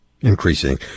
increasing